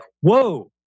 whoa